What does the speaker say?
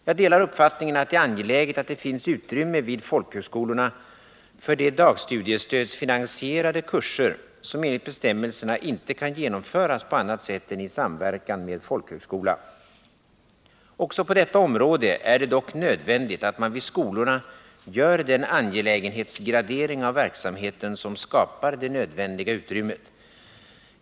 Jag delar uppfattningen att det är angeläget att det finns utrymme vid folkhögskolorna för de dagstudiestödsfinansierade kurser som enligt bestämmelserna inte kan genomföras på annat sätt än i samverkan med folkhögskola. ; Också på detta område är det dock nödvändigt att man vid skolorna gör den angelägenhetsgradering av verksamheten som skapar det nödvändiga utrymmet.